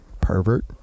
pervert